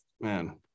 man